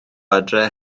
adre